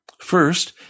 First